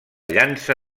llança